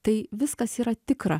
tai viskas yra tikra